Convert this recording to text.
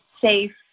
safe